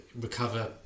recover